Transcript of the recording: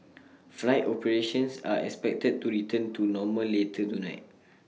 flight operations are expected to return to normal later tonight